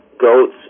goats